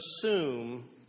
assume